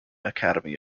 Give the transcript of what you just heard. academy